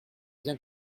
bien